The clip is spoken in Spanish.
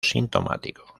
sintomático